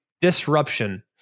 disruption